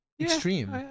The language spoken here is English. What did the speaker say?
Extreme